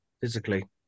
physically